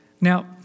Now